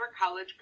college